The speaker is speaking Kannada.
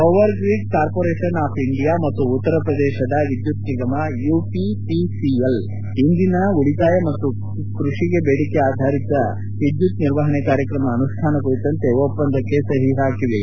power grid corporation of India ಮತ್ತು ಉತ್ತರ ಪ್ರದೇಶದ ವಿದ್ಯುತ್ ನಿಗಮ ಯುಪಿಪಿಸಿಎಲ್ ಇಂಧನ ಉಳಿತಾಯ ಮತ್ತು ಕೃಷಿಗೆ ಬೇಡಿಕೆ ಆಧಾರಿತ ವಿದ್ಯುತ್ ನಿರ್ವಹಣೆ ಕಾರ್ಯಕ್ರಮ ಅನುಷ್ಟಾನ ಕುರಿತಂತೆ ಒಪ್ಪಂದಕ್ಕೆ ಸಹಿ ಹಾಕಿವೆ